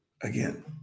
Again